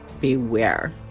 beware